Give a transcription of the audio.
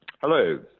Hello